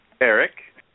Eric